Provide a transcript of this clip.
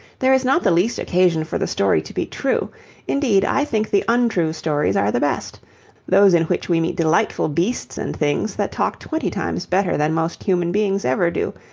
there is not the least occasion for the story to be true indeed i think the untrue stories are the best those in which we meet delightful beasts and things that talk twenty times better than most human beings ever do,